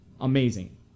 amazing